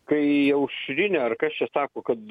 kai aušrinė ar kas čia sako kad